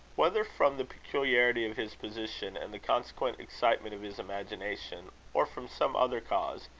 whether from the peculiarity of his position and the consequent excitement of his imagination, or from some other cause,